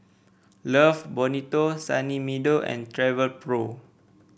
Love Bonito Sunny Meadow and Travelpro